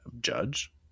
Judge